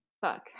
Fuck